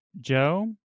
Joe